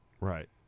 Right